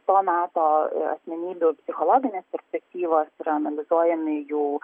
to meto asmenybių psichologinės perspektyvos yra analizuojami jų